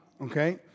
okay